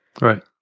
Right